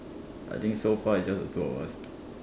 I think so far is just the two of us